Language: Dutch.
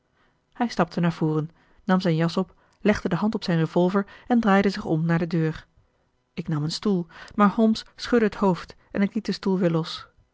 hij stapte naar voren nam zijn jas op legde de hand op zijn revolver en draaide zich om naar de deur ik nam een stoel maar holmes schudde het hoofd en ik liet den stoel weer los